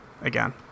again